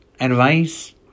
advice